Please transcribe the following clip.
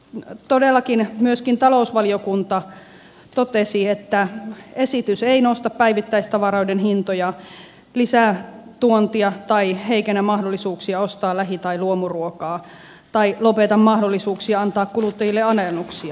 näin todellakin myös talousvaliokunta totesi että esitys ei nosta päivittäistavaroiden hintoja lisää tuontia tai heikennä mahdollisuuksia ostaa lähi tai luomuruokaa tai lopeta mahdollisuutta antaa kuluttajille alennuksia